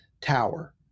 tower